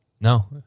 No